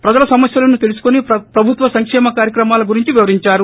ప్రజల సమస్యలను తెలుసుకుని ప్రభుత్వ సంకేమ కార్యక్రమాల గురించి వివరించారు